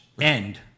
end